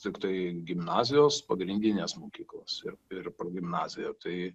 tiktai gimnazijos pagrindinės mokyklos ir ir progimnazija tai